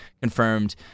confirmed